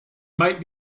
might